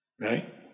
Right